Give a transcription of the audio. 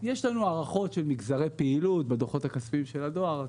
יש לנו הערכות של מגזרי פעילות בדוחות הכספיים של הדואר.